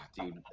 dude